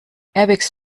airbags